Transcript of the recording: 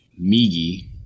Migi